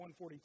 142